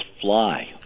fly